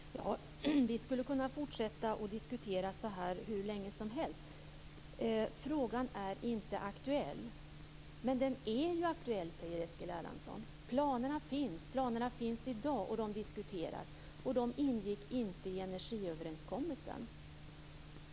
Fru talman! Vi skulle kunna fortsätta att diskutera så här hur länge som helst. Frågan är alltså inte aktuell. Men den är ju aktuell, säger Eskil Erlandsson. Planerna finns och diskuteras i dag, och de ingick inte i energiöverenskommelsen.